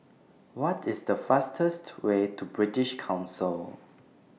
What IS The fastest Way to British Council